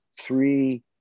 three